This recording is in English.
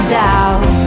doubt